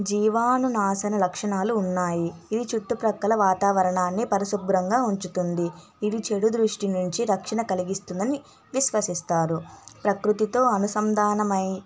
జీవాణు నాశన లక్షణాలు ఉన్నాయి ఇది చుట్టుప్రక్కల వాతావరణాన్ని పరిశుభ్రంగా ఉంచుతుంది ఇది చెడు దృష్టి నుంచి రలక్షణ కలిగిస్తుందని విశ్వసిస్తారు ప్రకృతితో అనుసంధానమై